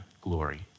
glory